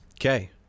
Okay